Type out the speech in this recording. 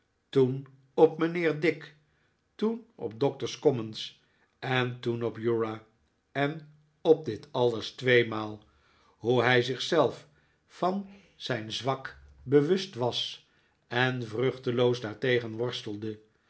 toen op mijnheer dick toen op doctors commons en toen op uriah en op dit alles tweemaal hoe hij zich zelf van zijn zwak bewust was en vruchteloos daartegen worsteldej